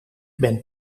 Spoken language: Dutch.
ben